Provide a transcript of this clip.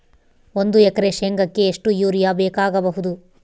ಒಂದು ಎಕರೆ ಶೆಂಗಕ್ಕೆ ಎಷ್ಟು ಯೂರಿಯಾ ಬೇಕಾಗಬಹುದು?